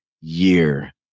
year